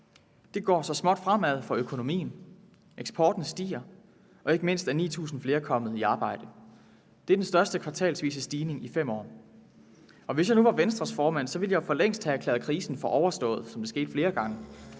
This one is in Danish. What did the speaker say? Det går så småt fremad for økonomien, eksporten stiger, og ikke mindst er 9.000 flere kommet i arbejde. Det er den største kvartalsvise stigning i 5 år, og hvis jeg nu var Venstres formand, ville jeg jo for længst have erklæret krisen for overstået, som det er sket flere gange.